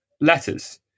letters